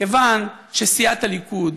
כיוון שסיעת הליכוד,